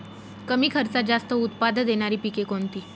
कमी खर्चात जास्त उत्पाद देणारी पिके कोणती?